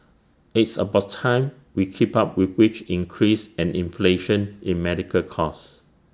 it's about time we keep up with wage increase and inflation in medical cost